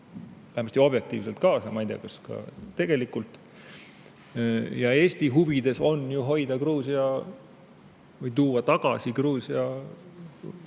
vähemasti objektiivselt kaasa. Ma ei tea, kas ka tegelikult. Eesti huvides on hoida Gruusiat või tuua Gruusia